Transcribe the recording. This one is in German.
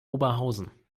oberhausen